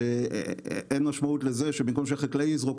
אין משמעות לזה שבמקום שהחקלאי יזרוק,